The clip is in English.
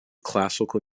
classical